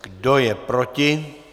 Kdo je proti?